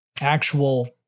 actual